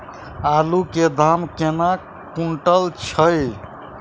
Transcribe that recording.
आलु केँ दाम केना कुनटल छैय?